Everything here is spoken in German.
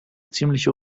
ziemliche